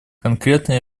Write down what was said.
конкретно